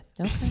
okay